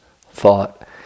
thought